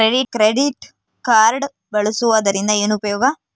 Credit card ಬಳಸುವದರಿಂದ ಏನು ಉಪಯೋಗ?